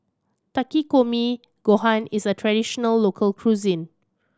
Takikomi Gohan is a traditional local cuisine